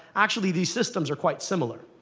actually, these systems are quite similar.